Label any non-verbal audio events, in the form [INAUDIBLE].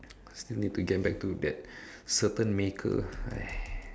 still need to get back to that certain maker [NOISE]